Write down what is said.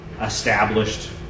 established